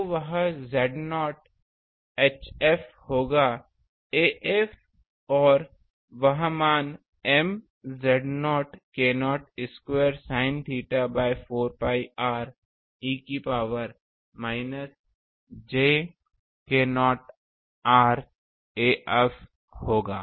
तो वह Z0 Hf होगा af और वह मान M Z0 k0 square sin theta by 4 pi r e की power minus j k0 r af होगा